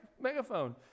megaphone